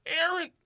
Aaron